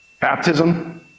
baptism